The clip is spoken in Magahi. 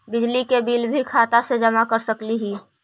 बिजली के बिल भी खाता से जमा कर सकली ही?